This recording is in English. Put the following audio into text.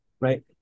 right